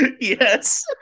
yes